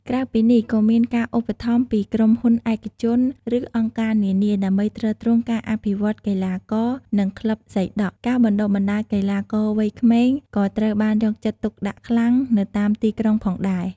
ក្រៅពីនេះ ក៏មានការ ឧបត្ថម្ភ ពីក្រុមហ៊ុនឯកជន ឬអង្គការនានា ដើម្បីទ្រទ្រង់ការអភិវឌ្ឍកីឡាករ និងក្លឹបសីដក់។ ការបណ្ដុះបណ្ដាលកីឡាករវ័យក្មេងក៏ត្រូវបានយកចិត្តទុកដាក់ខ្លាំងនៅតាមទីក្រុងផងដែរ។